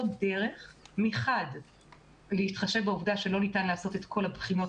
דרך להתחשב בעובדה שלא ניתן לעשות את כל הבחינות